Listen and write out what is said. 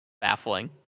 baffling